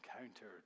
encountered